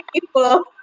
people